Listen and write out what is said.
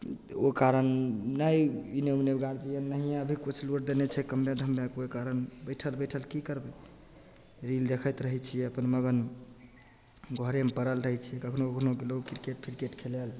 ओहि कारण नहि एन्ने ओन्ने गार्जिअन नहिए अभी कुछ लोड देनै छै कमबै धमबैके ओहि कारण बैठल बैठल कि करबै रील देखैत रहै छिए अपन मगन घरेमे पड़ल रहै छिए कखनहु कखनहुके लोक किरकेट फिरकेट खेलै ले